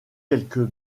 quelques